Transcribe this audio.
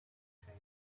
shapes